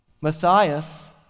Matthias